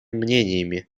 мнениями